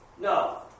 No